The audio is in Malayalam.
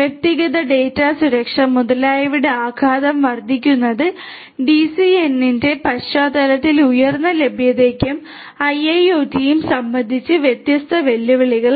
വ്യക്തിഗത ഡാറ്റ സുരക്ഷ മുതലായവയുടെ ആഘാതം വർദ്ധിക്കുന്നത് ഡിസിഎന്റെ പശ്ചാത്തലത്തിൽ ഉയർന്ന ലഭ്യതയും ഐഐഒടിയും സംബന്ധിച്ച് വ്യത്യസ്ത വെല്ലുവിളികളാണ്